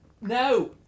No